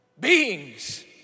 Beings